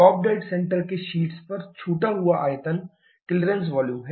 top dead centre के शीर्ष पर छूटा हुआ आयतन क्लीयरेंस वॉल्यूम है